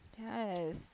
Yes